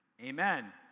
amen